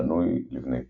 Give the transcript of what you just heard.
בנוי לבני טיט.